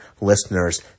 listeners